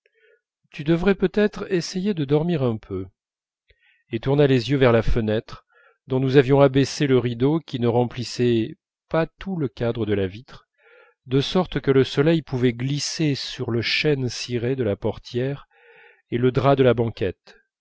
tu devrais peut-être essayer de dormir un peu et tourna les yeux vers la fenêtre dont nous avions baissé le rideau qui ne remplissait pas tout le cadre de la vitre de sorte que le soleil pouvait glisser sur le chêne ciré de la portière et le drap de la banquette